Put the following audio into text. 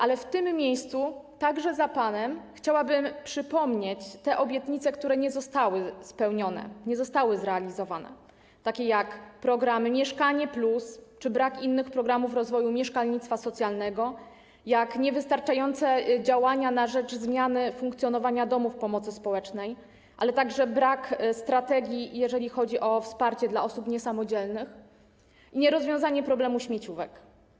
Ale w tym miejscu, także za panem, chciałabym przypomnieć te obietnice, które nie zostały spełnione, nie zostały zrealizowane, takie jak program „Mieszkanie+”, a także brak innych programów rozwoju mieszkalnictwa socjalnego, niewystarczające działania na rzecz zmiany funkcjonowania domów pomocy społecznej, brak strategii, jeżeli chodzi o wsparcie osób niesamodzielnych, nierozwiązanie problemu śmieciówek.